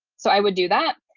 so i would do that.